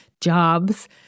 jobs